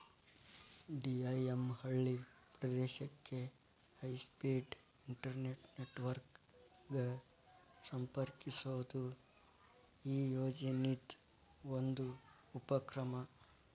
DIM ಹಳ್ಳಿ ಪ್ರದೇಶಕ್ಕೆ high speed internet network ಗ ಸಂಪರ್ಕಿಸೋದು ಈ ಯೋಜನಿದ್ ಒಂದು ಉಪಕ್ರಮ